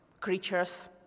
creatures